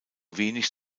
wenig